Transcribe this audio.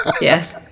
yes